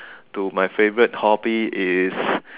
to my favourite hobby is